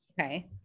Okay